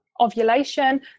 ovulation